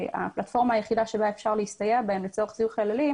הפלטפורמה היחידה שבה אפשר להסתייע בהם לצורך זיהוי חללים